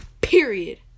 Period